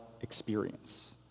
experience